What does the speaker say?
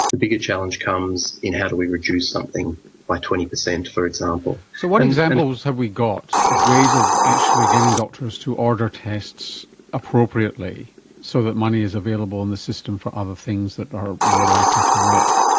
the bigger challenge comes in how do we reduce something by twenty percent, for example. so what examples have we got of ways of actually getting doctors to order tests appropriately so that money is available in the system for other things that are more likely to work?